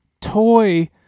toy